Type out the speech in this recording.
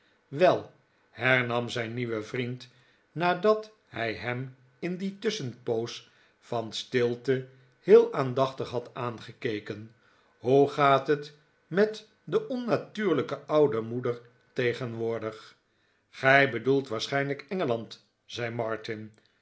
wel hernam zijn nieuwe vriend nadat hij hem in die tusschenpoos van stilte heel aandachtig had aangekeken hoe gaat het met de onnatuurlijke oude moeder tegenwoordig gij bedoelt waarschijnlijk engeland zei martin